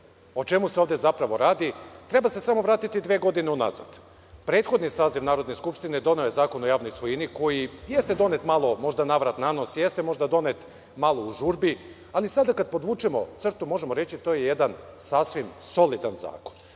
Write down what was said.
o čemu se ovde zapravo radi, treba se samo vratiti dve godine unazad. Prethodni saziv Narodne skupštine doneo je Zakon o javnoj svojini koji, jeste donet, možda malo navrat nanos, možda donet malo u žurbi, ali sada kad podvučemo crtu, možemo reći to je jedan sasvim solidan zakon,